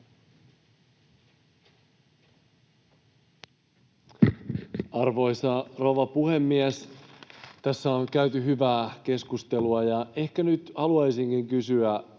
Arvoisa rouva puhemies! Tässä on käyty hyvää keskustelua, ja ehkä nyt haluaisinkin kysyä